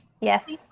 Yes